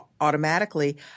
automatically